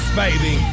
baby